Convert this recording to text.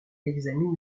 examine